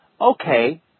okay